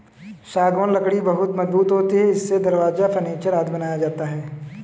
सागौन लकड़ी बहुत मजबूत होती है इससे दरवाजा, फर्नीचर आदि बनाया जाता है